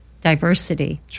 diversity